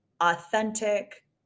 authentic